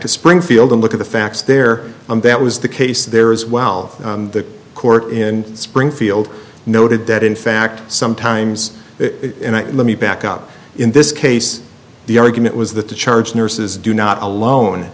to springfield and look at the facts there that was the case there as well the court in springfield noted that in fact sometimes let me back up in this case the argument was that the charge nurses do not alone